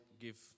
give